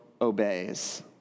obeys